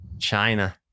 China